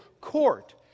court